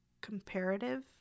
comparative